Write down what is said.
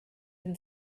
been